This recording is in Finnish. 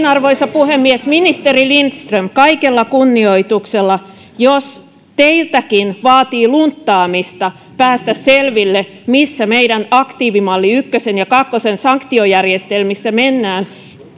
arvoisa puhemies ministeri lindström kaikella kunnioituksella jos teiltäkin vaatii lunttaamista päästä selville missä meidän aktiivimalli ykkösen ja kakkosen sanktiojärjestelmissä mennään